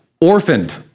orphaned